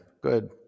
Good